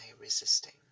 resisting